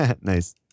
Nice